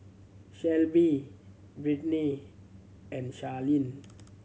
Shelbi Brittaney and Charleen